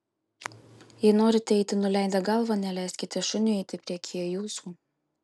jei norite eiti nuleidę galvą neleiskite šuniui eiti priekyje jūsų